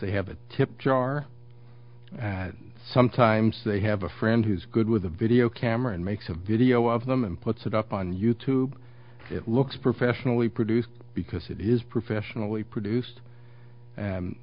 they have a tip jar sometimes they have a friend who's good with a video camera and makes a video of them and puts it up on youtube it looks professionally produced because it is professionally produced